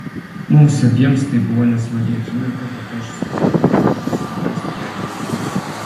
mums abiem tai buvo nesmagi akimirka tad aš skubiai ėmiau ruoštis suleisti jai vaistus